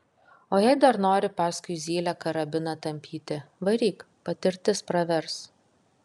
o jei dar nori paskui zylę karabiną tampyti varyk patirtis pravers